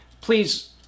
Please